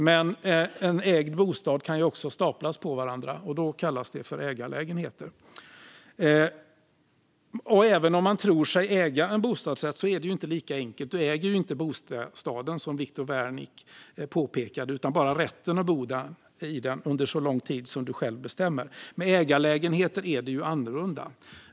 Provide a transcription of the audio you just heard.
Men ägda bostäder kan också staplas på varandra, och då kallas de ägarlägenheter. Även om man tror sig äga en bostadsrätt är det inte lika enkelt. Du äger inte bostaden, som Viktor Wärnick påpekade, utan bara rätten att bo i den under så lång tid som du själv bestämmer. Med ägarlägenheter är det annorlunda.